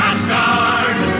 Asgard